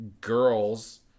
girls